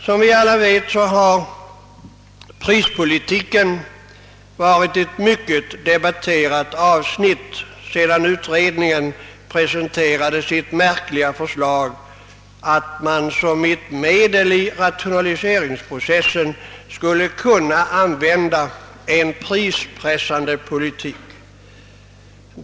Som alla vet har prispolitiken varit ett mycket debatterat avsnitt sedan utredningen presenterade sitt märkliga förslag att som ett medel i rationaliseringsprocessen skulle kunna användas en prispressande politik.